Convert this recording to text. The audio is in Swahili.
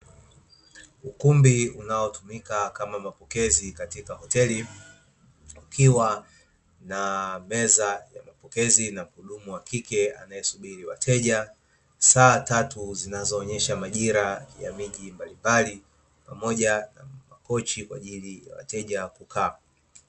Ukumbi unaotumika kama mapokezi katika hoteli, ukiwa na meza ya mapokezi na mhudumu wa kike anayesubiri wateja, saa tatu zinazoonyesha majira ya miji mbalimbali, pamoja na makochi kwa ajili ya wateja kukaa.